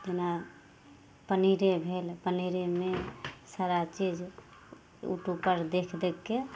तेना पनीरे भेल पनीरेमे सारा चीज उटूबपर देखि देखिके